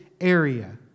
area